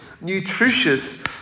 nutritious